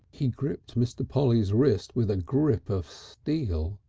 he gripped mr. polly's wrist with a grip of steel,